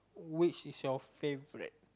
which is your favourite